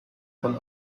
von